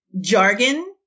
jargon